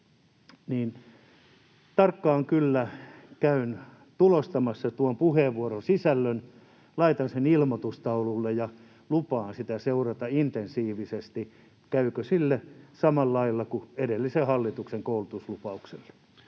— tarkkaan kyllä käyn tulostamassa, laitan sen ilmoitustaululle ja lupaan seurata intensiivisesti, käykö sille samalla lailla kuin edellisen hallituksen koulutuslupaukselle.